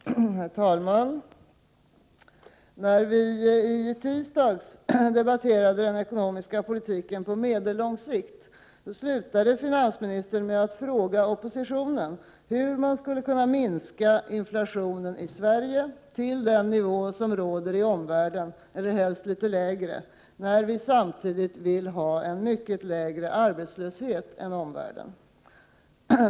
Herr talman! När vi i tisdags debatterade den ekonomiska politiken på medellång sikt slutade finansministern med att fråga oppositionen hur man skulle kunna minska inflationen i Sverige till den nivå som råder i omvärlden eller helst litet lägre, när vi samtidigt vill ha en mycket lägre arbetslöshet än omvärlden.